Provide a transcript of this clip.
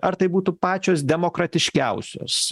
ar tai būtų pačios demokratiškiausios